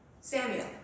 Samuel